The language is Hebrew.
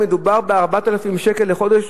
מדובר בכ-4,000 שקל בחודש,